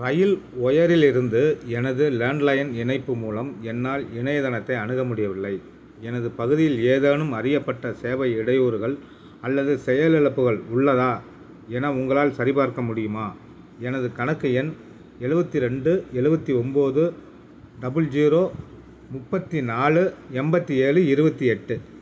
ரயில் ஒயரிலிருந்து எனது லேண்ட்லைன் இணைப்பு மூலம் என்னால் இணையதளத்தை அணுக முடியவில்லை எனது பகுதியில் ஏதேனும் அறியப்பட்ட சேவை இடையூறுகள் அல்லது செயலிழப்புகள் உள்ளதா என உங்களால் சரிபார்க்க முடியுமா எனது கணக்கு எண் எழுவத்தி ரெண்டு எழுவத்தி ஒம்பது டபுள் ஜீரோ முப்பத்தி நாலு எம்பத்தி ஏலு இருவத்தி எட்டு